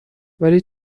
ولی